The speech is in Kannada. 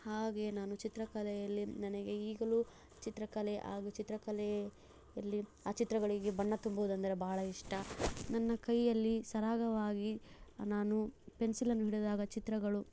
ಹಾಗೆ ನಾನು ಚಿತ್ರಕಲೆಯಲ್ಲಿ ನನಗೆ ಈಗಲೂ ಚಿತ್ರಕಲೆ ಹಾಗೂ ಚಿತ್ರಕಲೆಯಲ್ಲಿ ಆ ಚಿತ್ರಗಳಿಗೆ ಬಣ್ಣ ತುಂಬುವುದೆಂದರೆ ಬಹಳ ಇಷ್ಟ ನನ್ನ ಕೈಯಲ್ಲಿ ಸರಾಗವಾಗಿ ನಾನು ಪೆನ್ಸಿಲನ್ನು ಹಿಡಿದಾಗ ಚಿತ್ರಗಳು